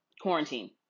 Quarantine